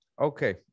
Okay